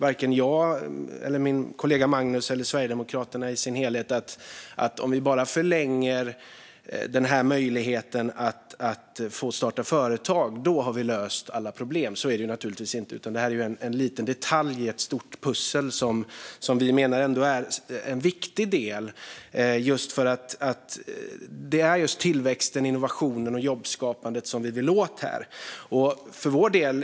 Varken jag, min kollega Magnus eller Sverigedemokraterna som helhet menar dock att man löser alla problem bara genom att förlänga möjligheten att få starta företag. Så är det naturligtvis inte, utan det här är en liten detalj i ett stort pussel. Vi menar att den ändå är en viktig del. Det är tillväxt, innovation och jobbskapande som vi vill komma åt genom det här.